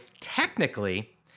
technically